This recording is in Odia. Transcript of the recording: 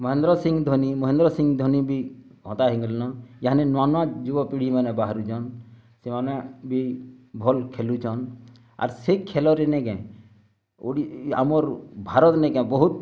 ମହେନ୍ଦ୍ର ସିଂ ଧୋନି ମହେନ୍ଦ୍ର ସିଂ ଧୋନି ବି ଅଧା ହୋଇଗଲେ ନ ଏହାନି ନୂଆ ନୂଆ ଯୁବ ପିଢ଼ିମାନେ ବାହାରୁଛନ୍ ସେମାନେ ବି ଭଲ୍ ଖେଲୁଛନ୍ ଆର୍ ସେଇ ଖେଲରେ ନେଇଁ କେ ଆମର୍ ଭାରତ୍ ନେଇଁ କେ ବହୁତ୍